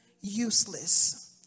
useless